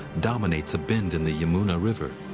dominates a bend in the yamuna river.